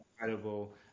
incredible